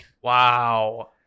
Wow